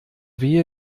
wehe